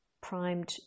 primed